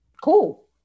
Cool